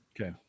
Okay